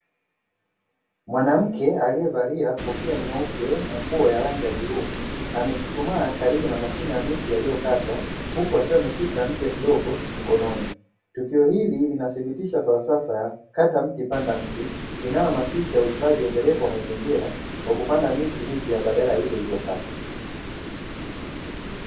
Mwanamkea aliyevalia kofia nyeupe na nguo ya rangi ya bluu, amechuchumaa karibu na miche ya miti iliyokatwa huku akiwa amedshika mche mdogo mkononi. Tukio hili linathibitisha falsafa ya kata mti panda mti inayohamasisha utunzaji endelevu wa mazingira kwa kubanda miti badala yaile iliyokatwa.